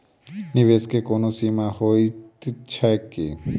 निवेश केँ कोनो सीमा होइत छैक की?